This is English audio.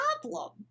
problem